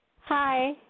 Hi